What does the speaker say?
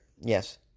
yes